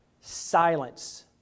silence